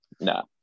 No